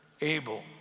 Abel